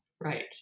Right